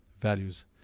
values